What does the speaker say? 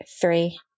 Three